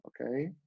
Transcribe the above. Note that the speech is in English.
okay